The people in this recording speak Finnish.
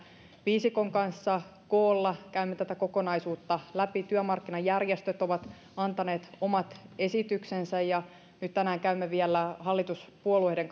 viisikon kanssa koolla käymme tätä kokonaisuutta läpi työmarkkinajärjestöt ovat antaneet omat esityksensä ja nyt tänään käymme vielä hallituspuolueiden